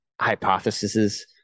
hypotheses